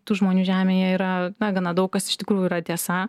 tų žmonių žemėje yra na gana daug kas iš tikrųjų yra tiesa